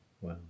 wow